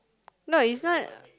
now is not